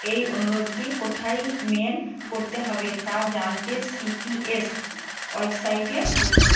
এই অনুরোধটি কোথায় মেল করতে হবে তা জানতে সিপিএস ওয়েবসাইটে দেখুন